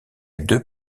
deux